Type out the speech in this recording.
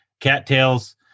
cattails